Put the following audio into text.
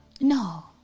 No